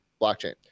blockchain